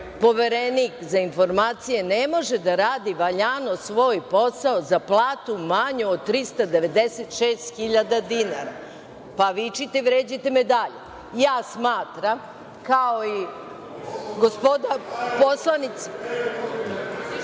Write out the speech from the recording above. Poverenik za informacije ne može da radi valjano svoj posao za platu manju od 396.000 dinara? Pa vičite i vređajte me dalje. Ja smatram, kao i gospoda poslanici…